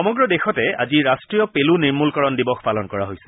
সমগ্ৰ দেশতে অজি ৰাষ্টীয় পেল নিৰ্মলকৰণ দিৱস পালন কৰা হৈছে